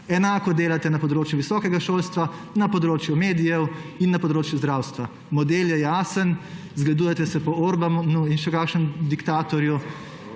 Enako delate na področju visokega šolstva, na področju medijev in na področju zdravstva. Model je jasen, zgledujete se po Orbanu in še kakšnem diktatorju,